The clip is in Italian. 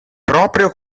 proprio